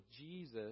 Jesus